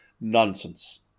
nonsense